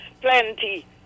plenty